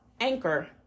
Anchor